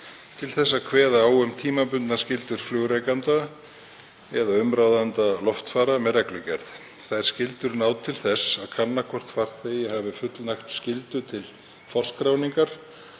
til að kveða á um tímabundnar skyldur flugrekenda eða umráðenda loftfara með reglugerð. Þær skyldur ná til þess að kanna hvort farþegi hafi fullnægt skyldu til forskráningar